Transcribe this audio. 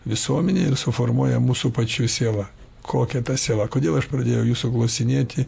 visuomenė ir suformuoja mūsų pačių siela kokia ta siela kodėl aš pradėjau jūsų klausinėti